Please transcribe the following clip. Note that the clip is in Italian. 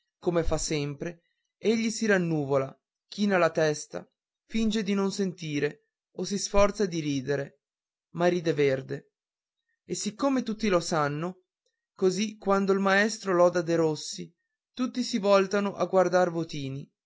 come fa sempre egli si rannuvola china la testa finge di non sentire o si sforza di ridere ma ride verde e siccome tutti lo sanno così quando il maestro loda derossi tutti si voltano a guardar votini